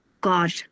God